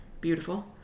beautiful